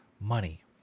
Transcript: Money